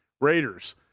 Raiders